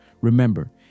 Remember